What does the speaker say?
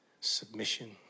submission